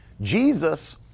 Jesus